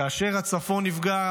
כאשר הצפון נפגע,